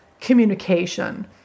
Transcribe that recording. communication